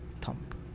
thump